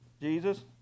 Jesus